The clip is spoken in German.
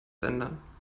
ändern